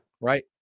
Right